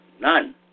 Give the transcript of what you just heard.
None